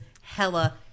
hella